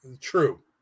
True